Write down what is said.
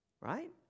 Right